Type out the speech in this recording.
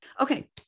Okay